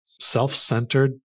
self-centered